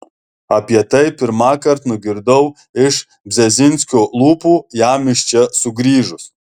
apie tai pirmąkart nugirdau iš brzezinskio lūpų jam iš čia sugrįžus